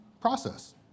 process